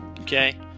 okay